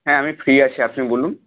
হ্যাঁ আমি ফ্রি আছি আপনি বলুন